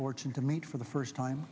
fortune to meet for the first time